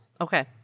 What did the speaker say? Okay